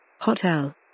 Hotel